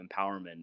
empowerment